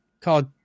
called